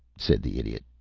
said the idiot.